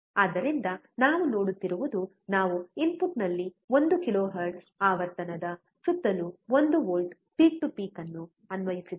ಆದ್ದರಿಂದ ನಾವು ನೋಡುತ್ತಿರುವುದು ನಾವು ಇನ್ಪುಟ್ನಲ್ಲಿ 1 ಕಿಲೋಹೆರ್ಟ್ಜ್ ಆವರ್ತನದ ಸುತ್ತಲೂ 1 ವೋಲ್ಟ್ ಪೀಕ್ ಟು ಪೀಕ್ ಅನ್ನು ಅನ್ವಯಿಸಿದ್ದೇವೆ